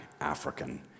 African